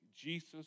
Jesus